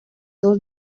dos